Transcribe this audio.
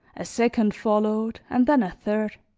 a second followed and then a third.